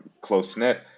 close-knit